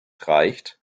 reicht